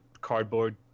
cardboard